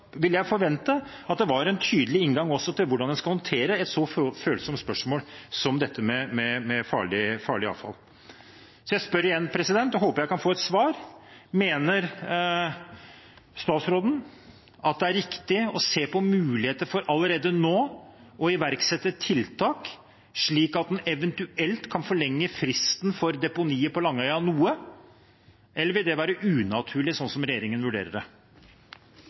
jeg forvente at det også var en tydelig inngang til hvordan en skal håndtere et så følsomt spørsmål som dette med farlig avfall. Så jeg spør igjen og håper jeg kan få et svar: Mener statsråden at det er riktig allerede nå å se på muligheter for å iverksette tiltak, slik at en eventuelt kan forlenge fristen for deponiet på Langøya noe? Eller vil det være unaturlig, slik regjeringen vurderer det?